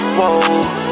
whoa